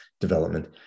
development